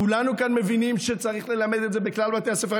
כולנו כאן מבינים שצריך ללמד את זה בכלל בתי הספר.